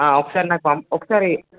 ఒకసారి నాకు పంప్ ఒకసారి